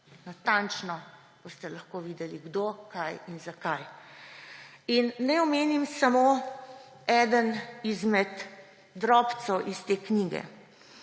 Natančno boste lahko videli, kdo, kaj in zakaj. Naj omenim samo enega izmed drobcev iz te knjige: